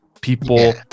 people